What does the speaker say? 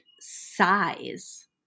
size